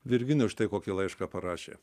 virginija štai kokį laišką parašė